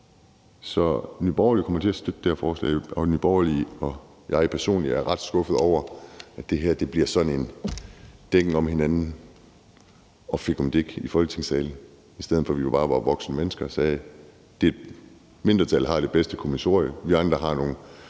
Så Nye Borgerlige kommer til at støtte det her forslag, og Nye Borgerlige og jeg personligt er ret skuffet over, at det her bliver sådan en dækken over hinanden og noget fikumdik i Folketingssalen, i stedet for at vi bare var voksne mennesker og sagde: Det mindretal har det bedste kommissorie. Vi andre har nogle